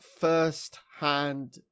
first-hand